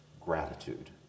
gratitude